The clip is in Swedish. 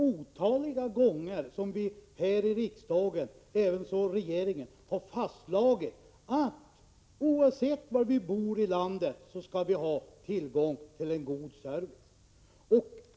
Otaliga gånger har riksdagen, och även regeringen, fastslagit att vi människor, var vi än bor i landet, skall ha tillgång till en god service.